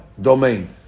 domain